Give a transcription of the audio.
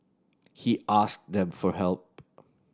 he asked them for help